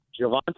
Javante